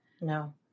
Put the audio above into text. no